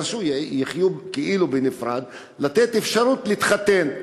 שיחיו כאילו בנפרד, לתת אפשרות לבעל להתחתן,